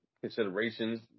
Considerations